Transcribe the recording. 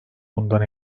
bundan